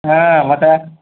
ಹಾಂ ಮತ್ತು